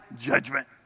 judgment